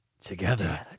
together